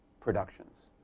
productions